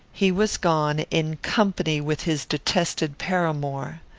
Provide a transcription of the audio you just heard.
he was gone, in company with his detested paramour!